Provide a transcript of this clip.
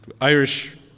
Irish